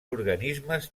organismes